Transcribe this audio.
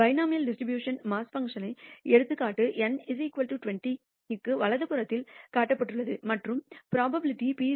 பைனாமியால் distribution mass function எடுத்துக்காட்டு n 20 க்கு வலது புறத்தில் காட்டப்பட்டுள்ளது மற்றும் புரோபாபிலிடி p 0